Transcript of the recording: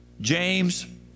James